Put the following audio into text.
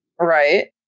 Right